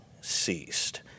ceased